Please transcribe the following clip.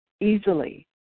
easily